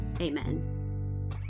amen